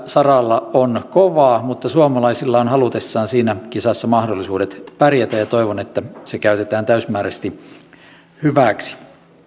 saralla on kovaa mutta suomalaisilla on halutessaan siinä kisassa mahdollisuudet pärjätä ja toivon että se käytetään täysimääräisesti hyväksi